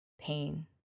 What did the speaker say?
pain